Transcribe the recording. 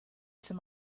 some